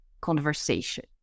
conversation